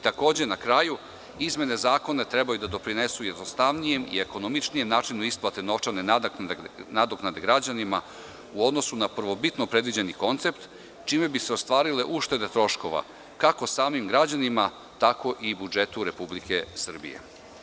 Takođe, na kraju, izmene zakona trebaju da doprinesu jednostavnijem i ekonomičnijem načinu isplate novčane nadoknade građanima u odnosu na prvobitno predviđeni koncept, čime bi se ostvarile uštede troškova, kako samim građanima, tako i u budžetu Republike Srbije.